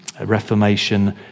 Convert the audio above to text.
Reformation